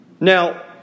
Now